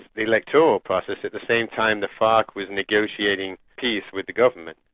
electoral process, at the same time the farc was negotiating peace with the government.